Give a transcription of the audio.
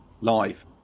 live